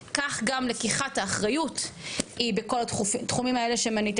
כך גם לקיחת האחריות היא בכל התחומים האלה שמניתי.